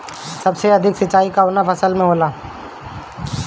सबसे अधिक सिंचाई कवन फसल में होला?